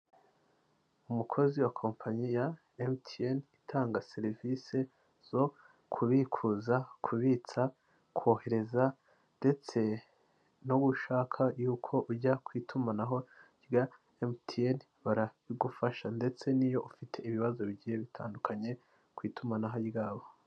Umukozi wa kompanyi ya MTN itanga serivisi zo kubikuza, kubitsa, kohereza, ndetse no gushaka yuko ujya ku itumanaho rya MTN barabigufasha; ndetse n'iyo ufite ibibazo bigiye bitandukanye ku itumanaho ryabo.